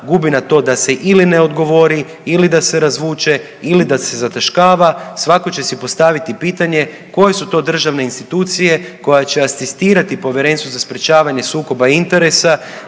gubi na to da se ili ne odgovori ili da se razvuče ili da se zataškava svatko će si postaviti pitanje koje su to državne institucije koje će asistirati Povjerenstvu za sprječavanje sukoba interesa